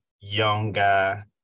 younger